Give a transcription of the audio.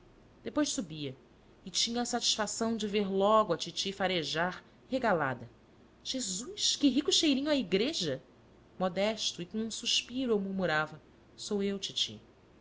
depois subia e tinha a satisfação de ver logo a titi farejar regalada jesus que rico cheirinho a igreja modesto e com um suspiro eu murmurava sou eu titi